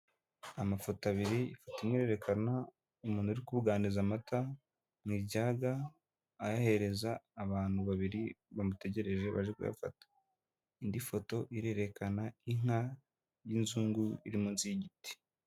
Amafoto abiri ifoto imwe irererekana umuntu uri ukubuganiza amata mu ijaga ayahereza abantu babiri bamutegereje baje kuyafata indi foto irerekana inka y'inzungu iri munsi y'igiti.